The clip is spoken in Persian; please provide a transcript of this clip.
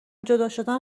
جداشدن